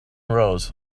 rose